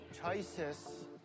choices